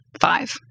five